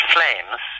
Flames